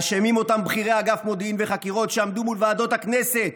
אשמים אותם בכירי אגף מודיעין וחקירות שעמדו מול ועדות הכנסת